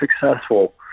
successful